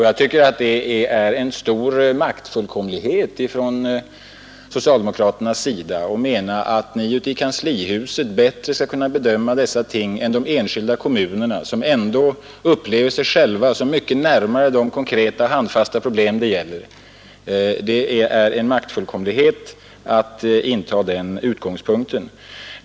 Jag tycker att det är en stor maktfullkomlighet från socialdemokraternas sida att mena att ni i kanslihuset bättre skall kunna bedöma dessa ting än de enskilda kommunerna, som ändå upplever sig själva som mycket närmare de konkreta, handfasta problem det gäller. Det innebär en maktfullk omlighet att inta den ståndpunkten.